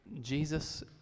Jesus